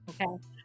okay